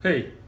Hey